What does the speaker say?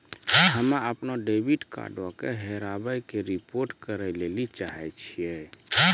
हम्मे अपनो डेबिट कार्डो के हेराबै के रिपोर्ट करै लेली चाहै छियै